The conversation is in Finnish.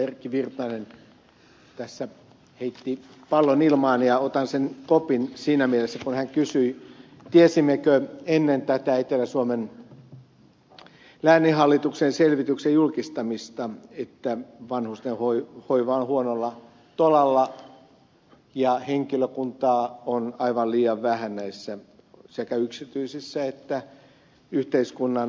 erkki virtanen tässä heitti pallon ilmaan ja otan sen kopin siinä mielessä kun hän kysyi tiesimmekö ennen tätä etelä suomen lääninhallituksen selvityksen julkistamista että vanhusten hoiva on huonolla tolalla ja henkilökuntaa on aivan liian vähän näissä sekä yksityisissä että yhteiskunnan hoitolaitoksissa